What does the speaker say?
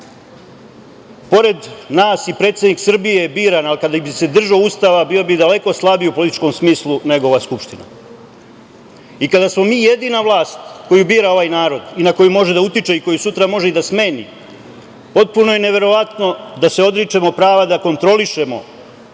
Pored nas i predsednik Srbije je biran, ali kada bi se držao Ustava bio bi daleko slabiji u političkom smislu, nego ova Skupština. Kada smo mi jedina vlast koju bira ovaj narod i na koju može da utiče, koju sutra može da smeni, potpuno je neverovatno da se odričemo prava da kontrolišemo